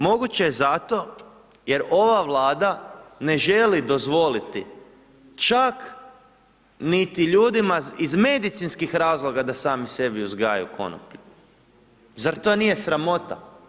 Moguće je zato jer ova Vlada ne želi dozvoliti čak niti ljudima iz medicinskih razloga da sami sebi uzgajaju konoplju, zar to nije sramota?